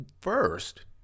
First